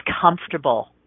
comfortable